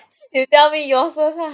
you tell me yours first ah